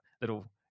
little